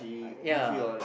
ya